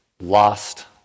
lost